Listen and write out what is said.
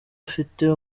afite